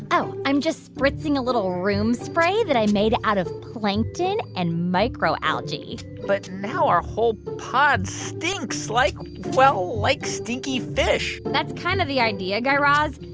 oh, i'm just spritzing a little room spray that i made out of plankton and microalgae but now our whole pod stinks like well, like stinky fish that's kind of the idea, guy raz.